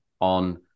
on